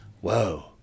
whoa